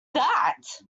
that